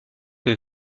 que